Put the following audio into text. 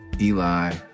Eli